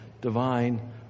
divine